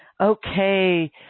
Okay